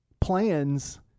plans